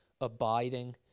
abiding